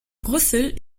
brüssel